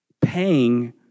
paying